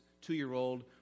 two-year-old